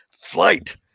flight